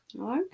Okay